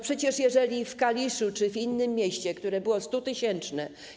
Przecież jeżeli w Kaliszu czy w innym mieście, które było 100-tysięczne.